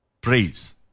praise